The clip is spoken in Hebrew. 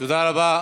תודה רבה.